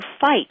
fight